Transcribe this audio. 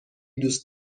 دوست